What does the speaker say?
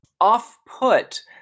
off-put